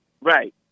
Right